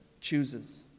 chooses